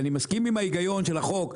אני מסכים עם ההיגיון של החוק.